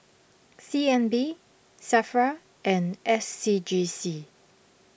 C N B Safra and S C G C